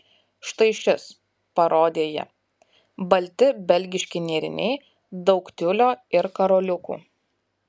štai šis parodė ji balti belgiški nėriniai daug tiulio ir karoliukų